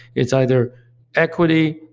it's either equity,